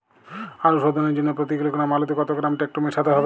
আলু শোধনের জন্য প্রতি কিলোগ্রাম আলুতে কত গ্রাম টেকটো মেশাতে হবে?